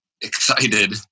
excited